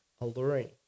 alluring